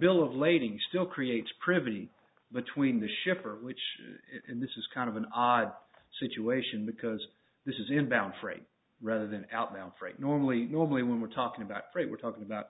bill of lading still creates privity between the shipper which and this is kind of an odd situation because this is inbound freight rather than out now freight normally normally when we're talking about freight we're talking about